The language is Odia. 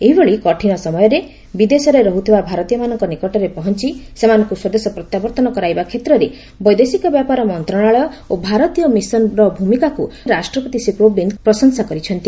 ଏହିଭଳି କଠିନ ସମୟରେ ବିଦେଶରେ ରହୁଥିବା ଭାରତୀୟମାନଙ୍କ ନିକଟରେ ପହଞ୍ଚ ସେମାନଙ୍କୁ ସ୍ପଦେଶ ପ୍ରତ୍ୟାବର୍ତ୍ତନ କରାଇବା କ୍ଷେତ୍ରରେ ବୈଦେଶିକ ବ୍ୟପାର ମନ୍ତ୍ରଣାଳୟ ଓ ଭାରତୀୟ ମିଶନର ଭୂମିକାକୁ ଶ୍ରୀ କୋବିନ୍ଦ ପ୍ରଶଂସା କରିଛନ୍ତି